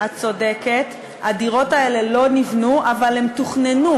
את צודקת, הדירות האלה לא נבנו, אבל הן תוכננו.